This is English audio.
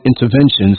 interventions